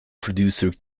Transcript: producer